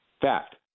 Fact